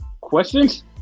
Questions